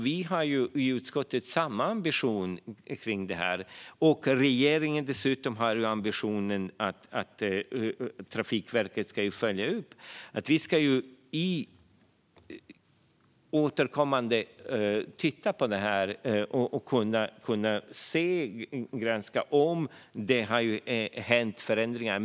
Vi i utskottet har samma ambition kring detta, och regeringen har dessutom ambitionen att Trafikverket ska följa upp detta. Vi ska återkommande titta på detta och granska om det har skett förändringar.